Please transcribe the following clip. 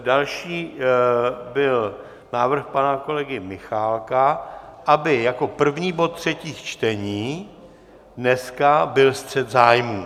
Další byl návrh pana kolegy Michálka, aby jako první bod třetích čtení dneska byl střet zájmů.